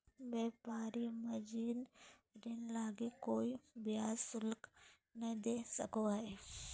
व्यापारी मार्जिन ऋण लगी कोय ब्याज शुल्क नय दे सको हइ